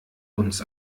uns